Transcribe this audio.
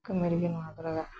ᱠᱟᱹᱢᱤᱨᱮᱜᱮ ᱱᱚᱣᱟ ᱫᱚ ᱞᱟᱜᱟᱜᱼᱟ